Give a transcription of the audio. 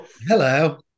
Hello